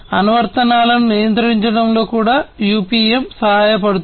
అనువర్తనాలను నియంత్రించడంలో కూడా యుపిఎం సహాయపడుతుంది